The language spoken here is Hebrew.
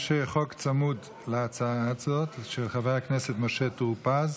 יש חוק צמוד להצעה הזאת, של חבר הכנסת משה טור פז.